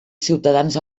ciutadans